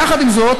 יחד עם זאת,